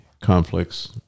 conflicts